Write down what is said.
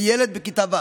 זה ילד בכיתה ו',